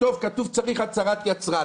שצריך הצהרת יצרן.